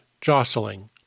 jostling